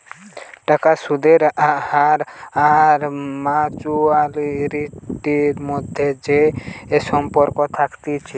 টাকার সুদের হার আর ম্যাচুয়ারিটির মধ্যে যে সম্পর্ক থাকতিছে